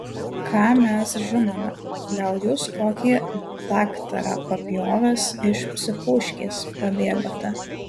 ką mes žinome gal jūs kokį daktarą papjovęs iš psichuškės pabėgote